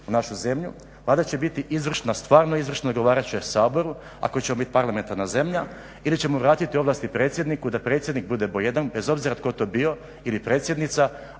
naše zemlje, onda će biti izvršna, stvarno izvršna i odgovarat će Saboru, ako ćemo biti parlamentarna zemlja ili ćemo vratiti ovlasti predsjedniku da predsjednik bude … bez obzira tko to bio ili predsjednica,